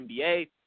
NBA